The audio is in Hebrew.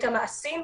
את המעשים,